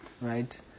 right